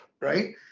right